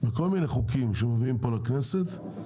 מכל מיני חוקים שעוברים פה לכנסת,